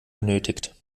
benötigt